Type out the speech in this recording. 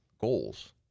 Goals